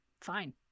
fine